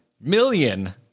million